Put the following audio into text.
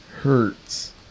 Hurts